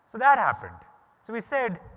that happened. so we said,